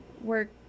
work